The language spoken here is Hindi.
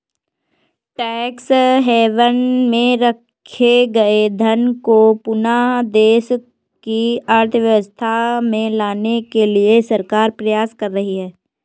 टैक्स हैवन में रखे गए धन को पुनः देश की अर्थव्यवस्था में लाने के लिए सरकार प्रयास कर रही है